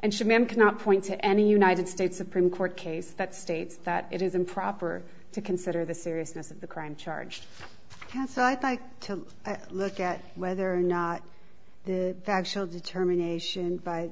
and should men cannot point to any united states supreme court case that states that it is improper to consider the seriousness of the crime charged can so i think to look at whether or not the factual determination by